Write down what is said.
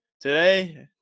Today